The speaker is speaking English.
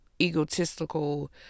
egotistical